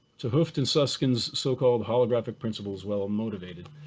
to hoofed in susskind's so called holographic principles well motivated.